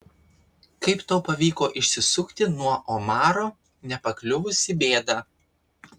kaip tau pavyko išsisukti nuo omaro nepakliuvus į bėdą